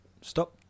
stop